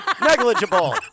Negligible